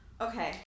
Okay